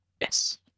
Yes